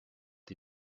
die